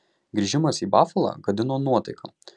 grįžimas į bafalą gadina nuotaiką